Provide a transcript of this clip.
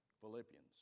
Philippians